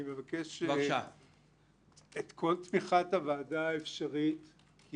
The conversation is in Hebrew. אני מבקש את כל התמיכה האפשרית של הוועדה